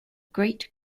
great